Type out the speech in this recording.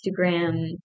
Instagram